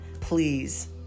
please